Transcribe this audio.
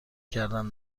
کردن